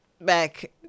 back